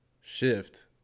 shift